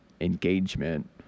engagement